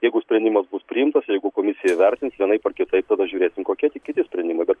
jeigu sprendimas bus priimtas jeigu komisija įvertins vienaip ar kitaip tada žiūrėsim kokie tie kiti sprendimai bet